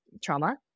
trauma